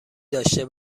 داشته